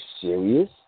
serious